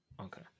Okay